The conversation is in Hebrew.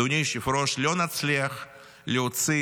אדוני היושב-ראש, לא נצליח להוציא